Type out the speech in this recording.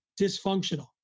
dysfunctional